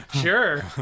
Sure